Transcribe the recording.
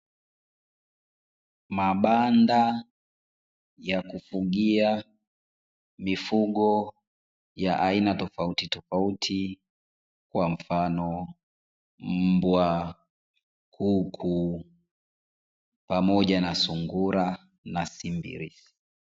Mabanda ya kufugia mifugo ya aina tofauti tofauti kwa mfano mbwa, kuku pamoja na sungura na sili.